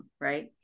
right